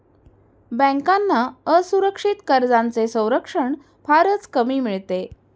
बँकांना असुरक्षित कर्जांचे संरक्षण फारच कमी मिळते